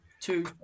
Two